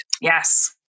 Yes